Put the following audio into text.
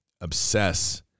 obsess